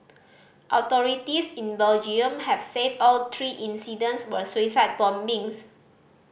authorities in Belgium have said all three incidents were suicide bombings